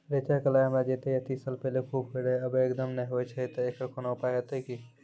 रेचा, कलाय हमरा येते तीस साल पहले खूब होय रहें, अब एकदम नैय होय छैय तऽ एकरऽ कोनो उपाय हेते कि?